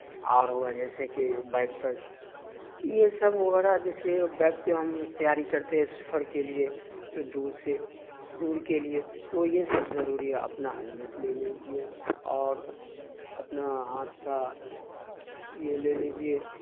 اور ہوا جیسے کہ بائک پر یہ سب وغیرہ جیسے بائک پہ ہم تیاری کرتے ہیں سفر کے لیے جو دور سے دور کے لیے تو یہ سب ضروری ہے اپنا ہیلمیٹ لے لیجیے اور اپنا ہاتھ کا یہ لے لیجیے